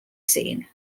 seen